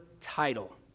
title